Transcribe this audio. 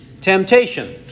temptation